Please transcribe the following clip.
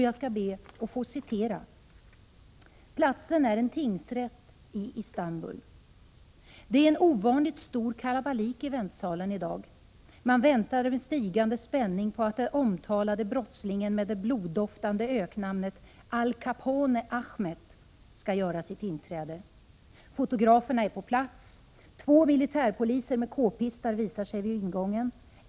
Jag skall be att få citera. Det är en ovanligt stor kalabalik i väntsalen i dag. Man väntar med stigande spänning på att den omtalade brottslingen med det bloddoftande öknamnet Al Capone Ahmet ska göra sitt inträde. Fotograferna är på plats. Två militärpoliser med k-pistar visar sig vid ingången.